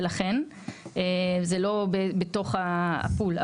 לכן זה לא בתוך ה- Pool.